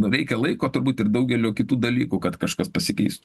reikia laiko turbūt ir daugelio kitų dalykų kad kažkas pasikeis